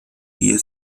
hier